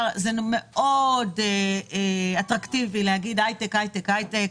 זה מאוד אטרקטיבי להגיד "הייטק, הייטק, הייטק".